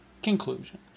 Conclusion